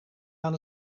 aan